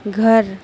گھر